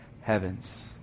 heavens